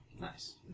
Nice